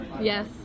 Yes